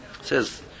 says